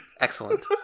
Excellent